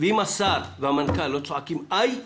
ואם השר והמנכ"ל לא צועקים "איי"